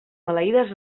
maleïdes